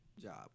Job